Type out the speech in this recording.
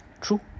True